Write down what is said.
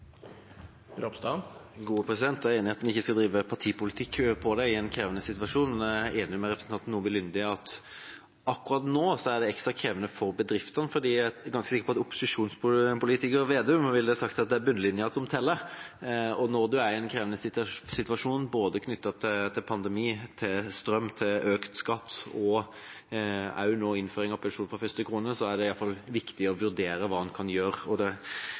enig i at vi ikke skal drive partipolitikk på det i en krevende situasjon, men jeg er enig med representanten Nordby Lunde i at det akkurat nå er ekstra krevende for bedriftene. Jeg er ganske sikker på at opposisjonspolitikeren Slagsvold Vedum ville sagt at det er bunnlinja som teller, og når man er i en krevende situasjon knyttet til både pandemi, strøm, økt skatt og nå også innføring av pensjon fra første krone, er det iallfall viktig å vurdere hva en kan gjøre. Jeg forventer at finansministeren følger bunnlinja og